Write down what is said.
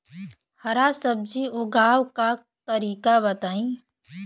हरा सब्जी उगाव का तरीका बताई?